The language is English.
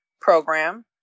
program